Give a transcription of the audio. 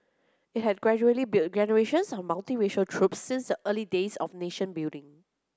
it had gradually built generations of multiracial troops since the early days of nation building